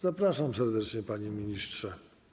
Zapraszam serdecznie, panie ministrze.